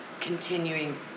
continuing